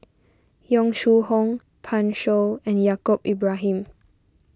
Yong Shu Hoong Pan Shou and Yaacob Ibrahim